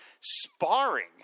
Sparring